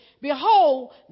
behold